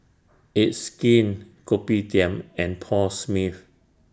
It's Skin Kopitiam and Paul Smith